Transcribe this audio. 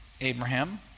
Abraham